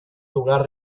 lugar